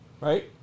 right